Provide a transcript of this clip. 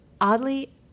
Oddly